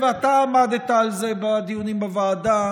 ואתה עמדת על זה בדיונים בוועדה,